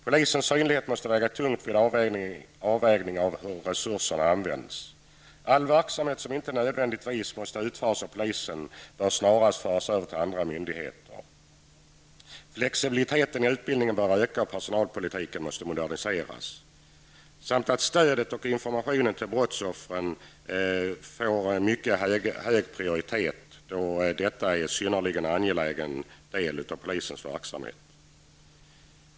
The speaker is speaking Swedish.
Polisens synlighet måste väga tungt vid avvägningen av hur resurserna skall användas. Alla uppgifter som inte nödvändigtvis måste utföras av poliser bör snarast föras över till andra myndigheter. Flexibiliteten i utbildningen bör öka och personalpolitiken måste moderniseras. Stödet för ocn informationen till brottsoffren bör få en mycket hög prioritet, eftersom detta är en synnerligen angelägen del av polisens verksamhet.